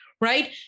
Right